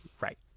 right